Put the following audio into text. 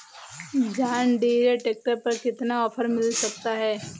John Deere tractor पर कितना offer मिल सकता है?